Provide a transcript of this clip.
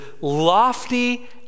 lofty